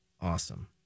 awesome